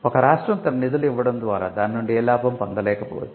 ఒక రాష్ట్రం తన నిధులు ఇవ్వడం ద్వారా దాని నుండి ఏ లాభం పొందలేకపోవచ్చు